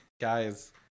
guys